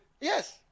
Yes